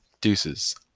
Deuces